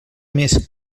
més